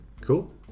Cool